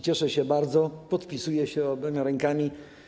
Cieszę się bardzo, podpisuje się obiema rękami.